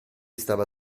stava